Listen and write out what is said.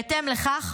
בהתאם לכך,